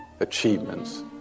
achievements